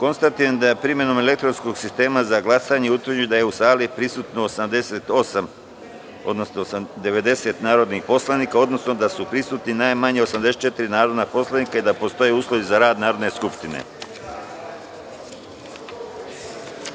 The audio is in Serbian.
da je, primenom elektronskog sistema za glasanje, utvrđeno da je u sali prisutno 90 narodnih poslanika, odnosno da su prisutna najmanje 84 narodna poslanika i da postoje uslovi za rad Narodne